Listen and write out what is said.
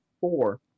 four